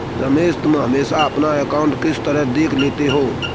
रमेश तुम हमेशा अपना अकांउट किस तरह देख लेते हो?